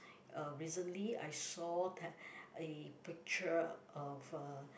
uh recently I saw that a picture of a